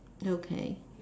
okay